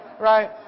Right